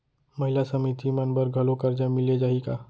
महिला समिति मन बर घलो करजा मिले जाही का?